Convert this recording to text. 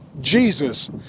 Jesus